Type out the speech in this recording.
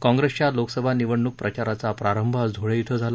काँग्रेसच्या लोकसभा निवडणूक प्रचाराचा प्रारंभ आज ध्ळे इथं झाला